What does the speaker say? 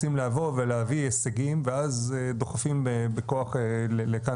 רוצים לבוא ולהביא הישגים ואז דוחפים בכוח לכאן